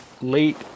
late